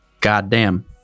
goddamn